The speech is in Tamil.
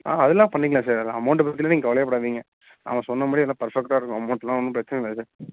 ஆ அதெல்லாம் பண்ணிக்கலாம் சார் அமௌண்ட் பற்றிலாம் நீங்கள் கவலையேப்படாதீங்க நாங்கள் சொன்ன மாரியே எல்லாம் பர்ஃபக்ட்டாக இருக்கும் அமௌண்ட்லாம் ஒன்றும் பிரச்சனை இல்லை சார்